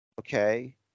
Okay